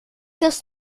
das